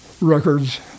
records